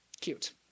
cute